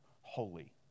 holy